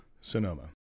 Sonoma